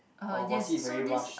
or was he very rush